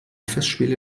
festspiele